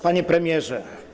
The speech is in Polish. Panie Premierze!